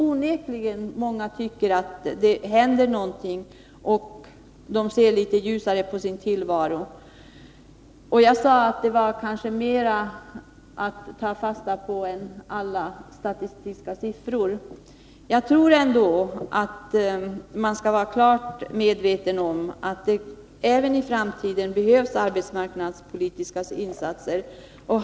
Onekligen tycker många människor nu att det händer någonting, och de ser litet ljusare på sin tillvaro. Jag sade att det kanske var större anledning att ta fasta på detta än på alla statistiska siffror. Man måste ändå vara klart medveten om att det även i framtiden kommer att behövas arbetsmarknadspolitiska insatser.